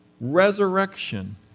Resurrection